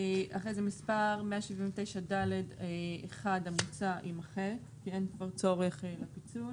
מספר 179ד1 המוצע יימחק כי אין כבר צורך לפיצול.